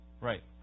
Right